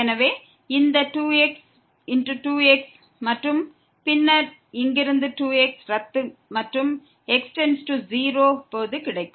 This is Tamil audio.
எனவே இந்த 2x 2x மற்றும் பின்னர் இங்கிருந்து 2x ரத்து செய்யப்படும் மற்றும் x→0 போது கிடைக்கும்